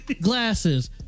glasses